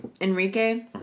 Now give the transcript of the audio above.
Enrique